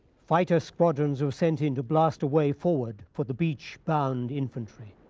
fighter squadrons were sent in to blast a way forward for the beach-bound infantry.